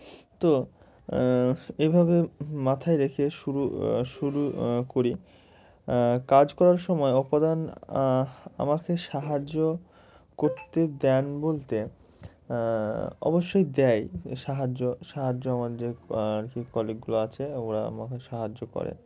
তো এভাবে মাথায় রেখে শুরু শুরু করি কাজ করার সময় অপদান আমাকে সাহায্য করতে দেন বলতে অবশ্যই দেয় সাহায্য সাহায্য আমার যে আর কি কলিগগুলো আছে ওরা আমাকে সাহায্য করে